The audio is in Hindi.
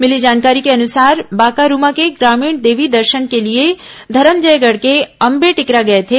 मिली जानकारी के अनुसार बाकारूमा के ग्रामीण देवी दर्शन के लिए धरमजयगढ़ के अम्बे टिकरा गए थे